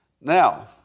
Now